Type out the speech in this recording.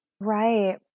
Right